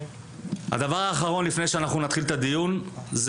הדבר האחרון לפני שנתחיל את הדיון הוא